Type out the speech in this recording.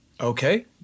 Okay